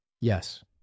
Yes